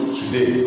today